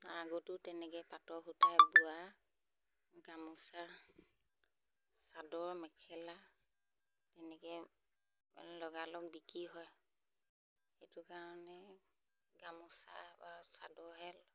আগতো তেনেকৈ পাতৰ সূতা বোৱা গামোচা চাদৰ মেখেলা তেনেকৈ লগালগ বিকি হয় সেইটো কাৰণে গামোচা বা চাদৰহে